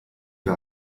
wir